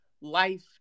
life